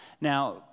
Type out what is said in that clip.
Now